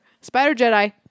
Spider-Jedi